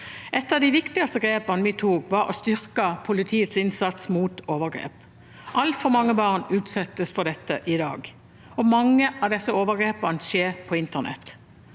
Et av de viktigste grepene vi tok, var å styrke politiets innsats mot overgrep. Altfor mange barn utsettes for dette i dag, og mange av disse overgrepene skjer på internett.